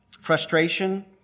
frustration